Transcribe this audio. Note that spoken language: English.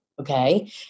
okay